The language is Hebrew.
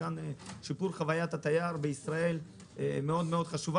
שיפור חוויית התייר בישראל מאוד חשוב.